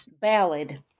Ballad